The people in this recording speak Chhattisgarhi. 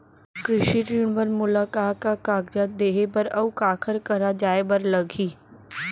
कृषि ऋण बर मोला का का कागजात देहे बर, अऊ काखर करा जाए बर लागही?